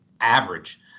average